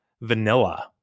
vanilla